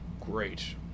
Great